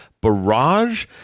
barrage